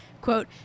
quote